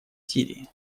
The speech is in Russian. сирии